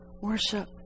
Worship